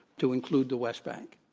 to include the west bank,